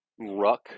ruck